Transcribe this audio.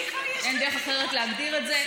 ואין דרך אחרת להגדיר את זה,